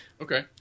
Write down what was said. Okay